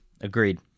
Agreed